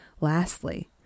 Lastly